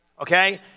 Okay